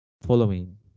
following